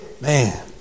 Man